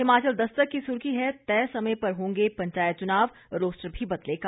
हिमाचल दस्तक की सुर्खी है तय समय पर होंगे पंचायत चुनाव रोस्टर भी बदलेगा